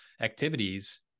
activities